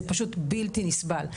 זה פשוט בלתי נסבל.